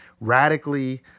radically